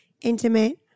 intimate